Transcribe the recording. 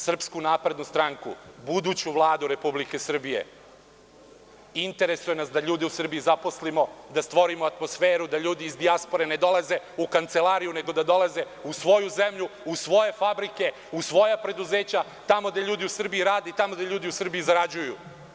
Srpsku naprednu stranku, buduću Vladu Republike Srbije interesuje da ljude u Srbiji zaposlimo, da stvorimo atmosferu da ljudi iz dijaspore ne dolaze u kancelariju, nego da dolaze u svoju zemlju, u svoje fabrike, u svoja preduzeća, tamo gde ljudi u Srbiji rade, tamo gde ljudi u Srbiji zarađuju.